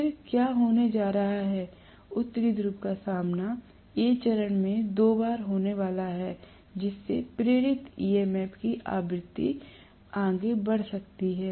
फिर क्या होने जा रहा है उत्तरी ध्रुव का सामना A चरण में दो बार होने वाला है जिससे प्रेरित ईएमएफ की आवृत्ति आगे बढ़ सकती है